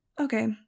Okay